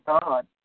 God